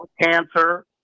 cancer